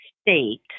state